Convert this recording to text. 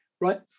right